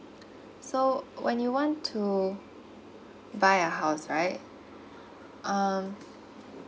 so when you want to buy a house right um